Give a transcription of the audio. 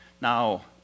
Now